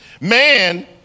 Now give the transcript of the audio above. Man